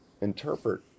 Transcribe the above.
interpret